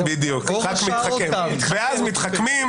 ואז מתחכמים,